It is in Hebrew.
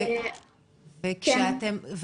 רק אני אסכם בזה שאנחנו,